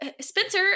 Spencer